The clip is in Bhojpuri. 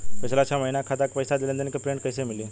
पिछला छह महीना के खाता के पइसा के लेन देन के प्रींट कइसे मिली?